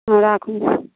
हाँ राखू